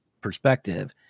perspective